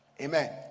Amen